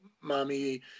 mommy